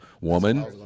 woman